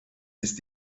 ist